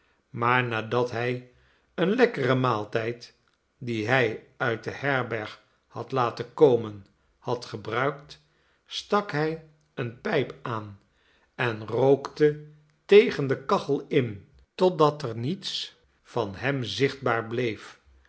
maar nadat hij een lekkeren maaltijd dien hij uit de herberg had laten komen had gebruikt stak hij eene pijp aan enrookte tegen de kachel in totdat er niets van hem zichtbaar bleef